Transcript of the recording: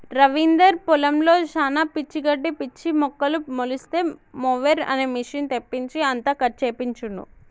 రవీందర్ పొలంలో శానా పిచ్చి గడ్డి పిచ్చి మొక్కలు మొలిస్తే మొవెర్ అనే మెషిన్ తెప్పించి అంతా కట్ చేపించిండు